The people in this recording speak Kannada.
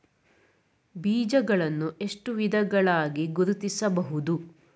ಬೀಜಗಳನ್ನು ಎಷ್ಟು ವಿಧಗಳಾಗಿ ಗುರುತಿಸಬಹುದು?